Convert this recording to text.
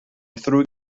ddrwg